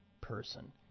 person